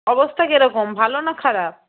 অবস্থা কীরকম ভালো না খারাপ